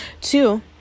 two